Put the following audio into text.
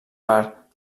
part